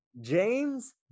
James